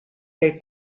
del